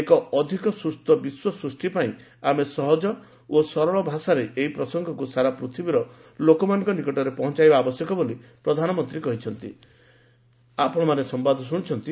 ଏକ ଅଧିକ ସୁସ୍ଥ ବିଶ୍ୱ ସୃଷ୍ଟି ପାଇଁ ଆମେ ସହଜ ଓ ସରଳ ଭାଷାରେ ଏଇ ପ୍ରସଙ୍ଗକୁ ସାରା ପୃଥିବୀର ଲୋକମାନଙ୍କ ନିକଟରେ ପହଞ୍ଚାଇବା ଆବଶ୍ୟକ ବୋଲି ପ୍ରଧାନମନ୍ତ୍ରୀ କହିଚ୍ଚନ୍ତି